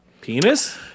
Penis